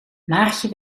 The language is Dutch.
maartje